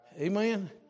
Amen